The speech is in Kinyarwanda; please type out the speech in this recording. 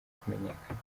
kumenyekana